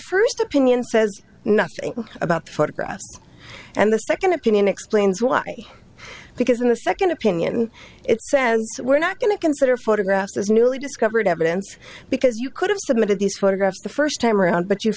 first opinion says nothing about the photograph and the second opinion explains why because in the second opinion it says we're not going to consider photographs as newly discovered evidence because you could have submitted these photographs the first time around but you